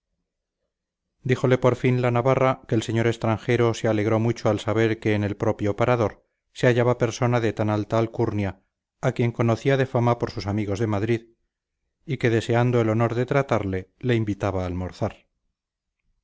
díjole por fin la navarra que el señor extranjero se alegró mucho al saber que en el propio parador se hallaba persona de tan alta alcurnia a quien conocía de fama por sus amigos de madrid y que deseando el honor de tratarle le invitaba a almorzar